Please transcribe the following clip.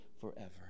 forever